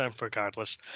regardless